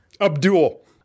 Abdul